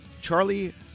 Charlie